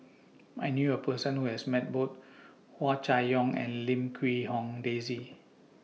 I knew A Person Who has Met Both Hua Chai Yong and Lim Quee Hong Daisy